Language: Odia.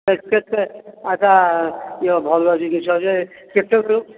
କେତେ ଆଚ୍ଛା ଇଏ ଭଲ ଜିନିଷ ଯେ କେତେ